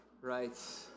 right